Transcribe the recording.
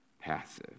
passive